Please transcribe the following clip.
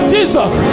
Jesus